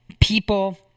people